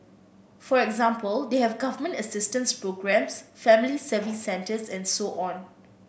for example they have government assistance programmes Family Service Centres and so on